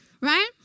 right